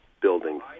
building